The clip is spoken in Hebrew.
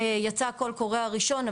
יצא קול הקורא הראשון,